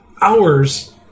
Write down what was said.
hours